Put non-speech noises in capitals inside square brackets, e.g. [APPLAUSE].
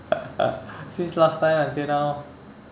[LAUGHS] since last time until now